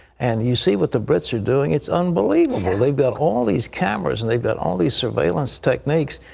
and you see with the brits are doing it's unbelievable. they've got all these cameras, and they've got all these surveillance techniques.